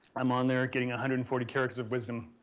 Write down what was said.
i'm on there getting a hundred and forty characters of wisdom.